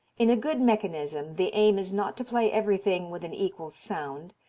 in a good mechanism the aim is not to play everything with an equal sound,